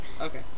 Okay